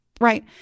right